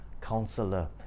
Counselor